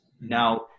Now